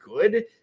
good